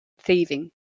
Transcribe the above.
thieving